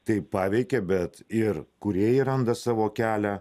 tai paveikė bet ir kūrėjai randa savo kelią